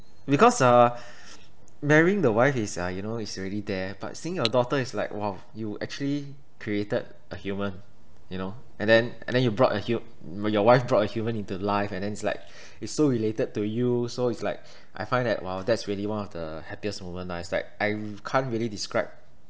because uh marrying the wife is uh you know it's already there but seeing your daughter is like !wow! you actually created a human you know and then and then you brought a hu~ your wife brought a human into life and then it's like it's so related to you so it's like I find that !wow! that's really one of the happiest moment lah it's like I can't really describe